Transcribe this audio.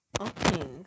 Okay